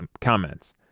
comments